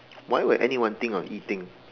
why would anyone think of eating